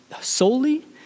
solely